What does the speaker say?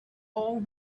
all